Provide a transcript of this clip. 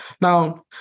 Now